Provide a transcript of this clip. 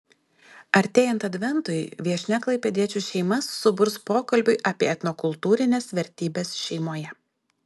artėjant adventui viešnia klaipėdiečių šeimas suburs pokalbiui apie etnokultūrines vertybes šeimoje